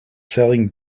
selling